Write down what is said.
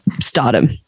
stardom